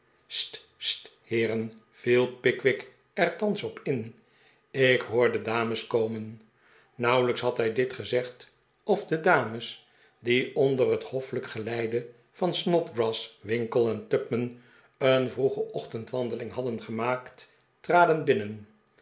heeren viel pickwick er thans op in ik hoor de danies komen nauwelijks had hij dit gezegd of de dames die onder het hoffelijk geleide van snodgrass winkle en tupman een vroege ochtend wandeling hadden gemaakt traden binnen